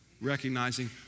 recognizing